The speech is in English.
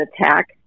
attack